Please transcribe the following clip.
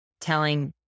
telling